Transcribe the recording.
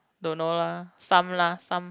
don't know lah some lah some